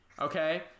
Okay